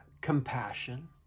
compassion